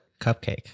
Cupcake